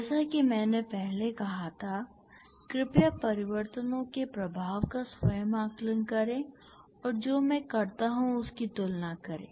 जैसा कि मैंने पहले कहा था कृपया परिवर्तनों के प्रभाव का स्वयं आकलन करें और जो मैं करता हूं उसकी तुलना करें